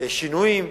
שינויים.